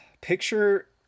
Picture